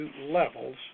levels